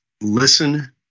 Listen